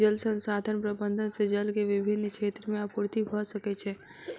जल संसाधन प्रबंधन से जल के विभिन क्षेत्र में आपूर्ति भअ सकै छै